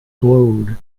glowed